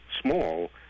small